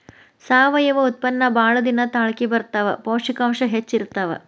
ಸಾವಯುವ ಉತ್ಪನ್ನಾ ಬಾಳ ದಿನಾ ತಾಳಕಿ ಬರತಾವ, ಪೌಷ್ಟಿಕಾಂಶ ಹೆಚ್ಚ ಇರತಾವ